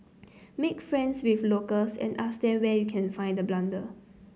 make friends with locals and ask them where you can find the bundle